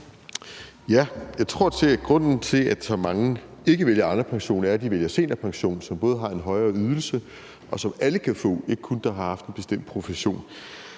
Jeg tror, grunden til at så mange ikke vælger Arnepension, er, at de vælger seniorpension, som både har en højere ydelse, og som alle kan få, ikke kun nogle, der har haft en bestemt profession.